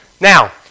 Now